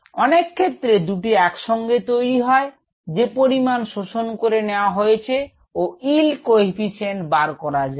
অনেক ক্ষেত্রে দুটি একসঙ্গে তৈরি হয় যে পরিমাণ শোষণ করে নেয়া হয়েছে ও yield coefficient বার করা যায়